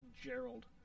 Gerald